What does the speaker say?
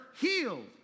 healed